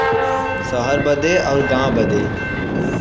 सहर बदे अउर गाँव बदे